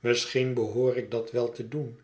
misschien behoor ik dat wel te doen